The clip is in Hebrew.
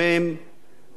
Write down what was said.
מה בסך הכול הוא עשה?